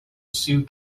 sioux